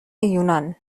یونان